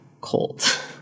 cold